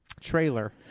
trailer